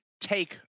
take